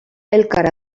elkar